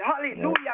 hallelujah